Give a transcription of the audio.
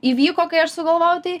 įvyko kai aš sugalvojau tai